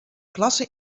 klasse